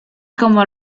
como